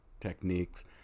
techniques